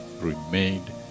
remained